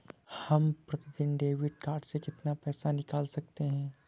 हम प्रतिदिन debit card से कितना पैसा निकाल सकते हैं?